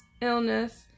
illness